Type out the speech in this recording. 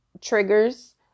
triggers